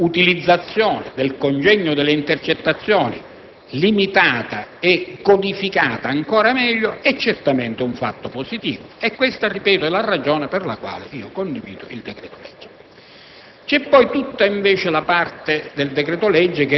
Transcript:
dei cittadini e questa utilizzazione del congegno delle intercettazioni limitata e codificata ancora meglio rappresentano certamente un fatto positivo. Questa - ripeto - è la ragione per la quale condivido il decreto‑legge.